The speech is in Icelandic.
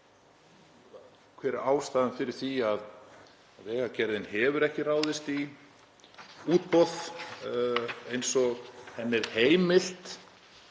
hver er ástæðan fyrir því að Vegagerðin hefur ekki ráðist í útboð eins og henni er heimilt